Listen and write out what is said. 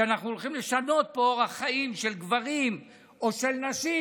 שאנחנו הולכים לשנות פה אורח חיים של גברים או של נשים,